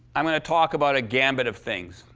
i'm gonna talk about a gamut of things.